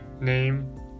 name